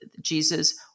jesus